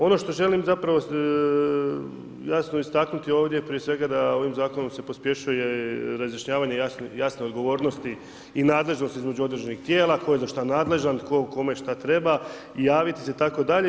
Ono što želim zapravo jasno istaknuti ovdje, prije svega, da ovim zakonom se pospješuje razrješavanje jasne odgovornosti i nadležnosti između određenih tijela, tko je za šta nadležan, tko kome šta treba i javiti se itd.